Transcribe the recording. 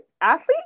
athlete